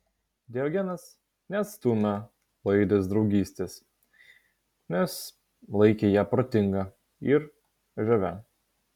diogenas neatstūmė laidės draugystės nes laikė ją protinga ir žavia